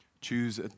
Choose